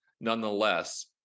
nonetheless